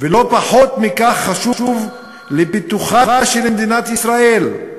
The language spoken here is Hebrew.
ולא פחות מכך חשוב לפיתוחה של מדינת ישראל.